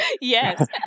Yes